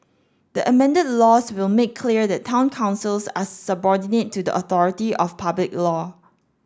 the amended laws will make clear that town councils are subordinate to the authority of public law